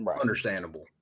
Understandable